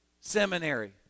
seminary